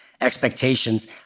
expectations